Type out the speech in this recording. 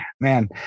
man